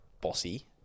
bossy